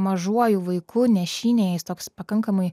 mažuoju vaiku nešynėj jis toks pakankamai